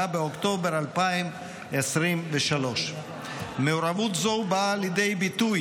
7 באוקטובר 2023. מעורבות זו באה לידי ביטוי